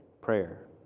prayer